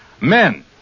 Men